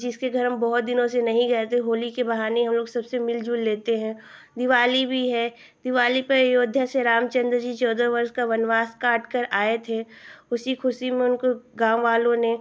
जिसके घर हम बहुत दिनों से नहीं गए थे होली के बहाने हमलोग सबसे मिल जुल लेते हैं दिवाली भी है दिवाली पर अयोध्या से रामचन्द्र जी चौदह वर्ष का वनवास काटकर आए थे उसी ख़ुशी में उनको गाँववालों ने